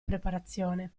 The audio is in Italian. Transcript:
preparazione